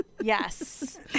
Yes